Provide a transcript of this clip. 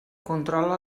controla